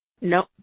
Nope